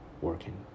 working